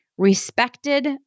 respected